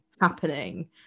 happening